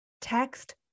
text